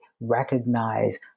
recognize